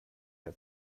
der